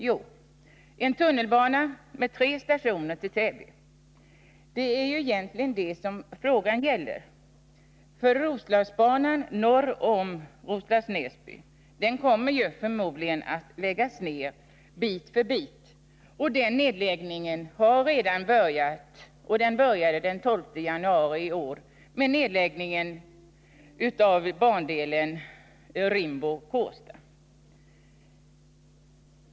Jo, en tunnelbana till Täby med tre stationer. Det är ju egentligen det som frågan gäller, för Roslagsbanan norr om Roslags Näsby kommer förmodligen att läggas ned bit för bit. Den nedläggningen har redan börjat. Den började den 12 januari i år med nedläggning av bandelen Rimbo-Kårsta.